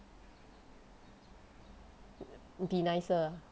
be nicer